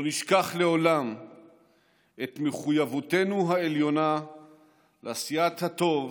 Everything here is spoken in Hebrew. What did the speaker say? לא נשכח לעולם את מחויבותנו העליונה לעשיית הטוב